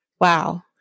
Wow